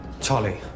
charlie